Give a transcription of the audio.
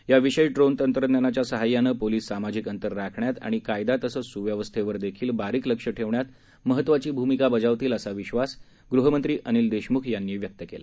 या विशेष ड्रोन तंत्रज्ञानाच्या सहाय्यानं पोलिस सामाजिक अंतर राखण्यात आणि कायदा तसंच सुव्यवस्थेवरही बारीक लक्ष ठेवण्यात महत्वाची भूमिका बजावतील असा विश्वास गृहमंत्री अनिल देशमुख यांनी व्यक्त केला